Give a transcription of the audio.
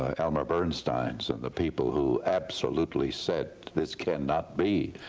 ah elmer bernstein's and the people who absolutely said this can not be.